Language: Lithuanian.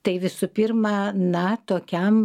tai visų pirma na tokiam